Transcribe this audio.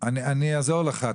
--- אני אעזור לך,